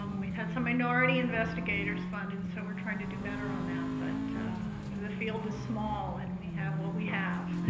um we had some minority investigators funded. so we're trying to to better on that, but the field is small and we have what we have.